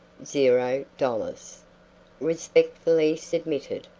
zero dollars respectfully submitted,